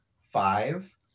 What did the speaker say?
five